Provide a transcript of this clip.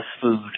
food